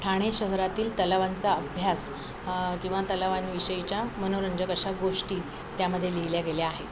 ठाणे शहरातील तलावांचा अभ्यास किंवा तलावांविषयीच्या मनोरंजक अशा गोष्टी त्यामध्ये लिहिल्या गेल्या आहेत